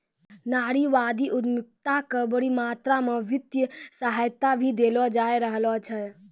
नारीवादी उद्यमिता क बड़ी मात्रा म वित्तीय सहायता भी देलो जा रहलो छै